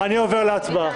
חברים, אני עובר להצבעה.